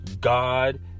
God